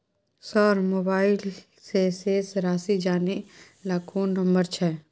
Sir mobile से शेस राशि जानय ल कोन नंबर छै?